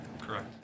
Correct